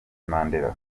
mandela